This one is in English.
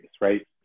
right